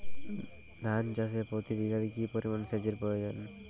ধান চাষে প্রতি বিঘাতে কি পরিমান সেচের প্রয়োজন?